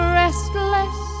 restless